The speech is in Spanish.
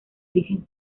origen